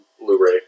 Blu-ray